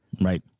right